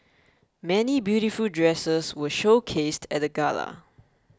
many beautiful dresses were showcased at the gala